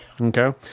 Okay